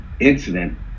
incident